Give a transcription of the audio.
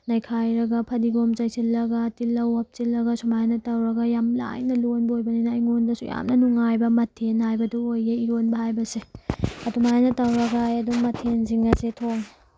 ꯅꯩꯈꯥꯏꯔꯒ ꯐꯗꯤꯒꯣꯝ ꯆꯥꯏꯁꯤꯟꯂꯒ ꯇꯤꯜꯍꯧ ꯍꯥꯞꯆꯤꯜꯂꯒ ꯁꯨꯃꯥꯏꯅ ꯇꯧꯔꯒ ꯌꯥꯝ ꯂꯥꯏꯅ ꯂꯣꯟꯕ ꯑꯣꯏꯕꯅꯤꯅ ꯑꯩꯉꯣꯟꯗꯁꯨ ꯌꯥꯝꯅ ꯅꯨꯡꯉꯥꯏꯕ ꯃꯊꯦꯜ ꯍꯥꯏꯕꯗꯨ ꯑꯣꯏꯌꯦ ꯏꯔꯣꯟꯕ ꯍꯥꯏꯕꯁꯦ ꯑꯗꯨꯃꯥꯏꯅ ꯇꯧꯔꯒ ꯑꯩ ꯑꯗꯨꯝ ꯃꯊꯦꯜꯁꯤꯡ ꯑꯁꯦ ꯊꯣꯡꯉꯦ